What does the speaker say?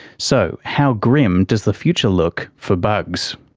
so, how grim does the future look for bugs?